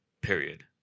period